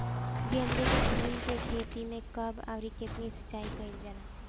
गेदे के फूल के खेती मे कब अउर कितनी सिचाई कइल जाला?